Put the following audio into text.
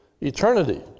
eternity